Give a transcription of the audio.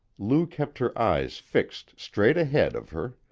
lou kept her eyes fixed straight ahead of her.